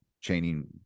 chaining